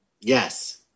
Yes